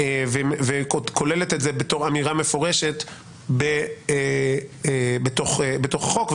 והיא כוללת את זה בתור אמירה מפורשת בתוך החוק,